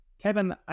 Kevin